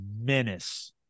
menace